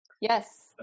yes